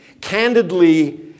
candidly